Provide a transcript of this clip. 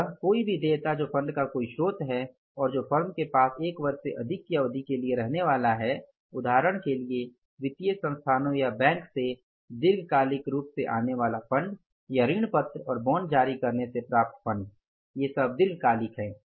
इसलिए कोई भी देयता जो फंड का कोई स्रोत है और जो फर्म के साथ एक वर्ष से अधिक की अवधि के लिए रहने वाला है उदाहरण के लिए वित्तीय संस्थानों या बैंकों से दीर्घकालिक ऋण से आने वाले फंड या ऋण पत्र और बॉन्ड जारी करने से प्राप्त फण्ड वे दीर्घकालिक हैं